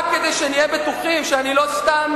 רק כדי שנהיה בטוחים שאני לא סתם,